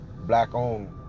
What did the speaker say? Black-owned